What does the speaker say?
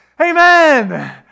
amen